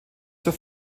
zur